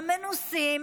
המנוסים,